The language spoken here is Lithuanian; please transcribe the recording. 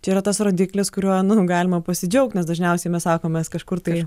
čia yra tas rodiklis kuriuo nu galima pasidžiaugt nes dažniausiai mes sakome kažkur tai